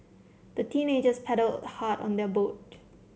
the teenagers paddled hard on their boat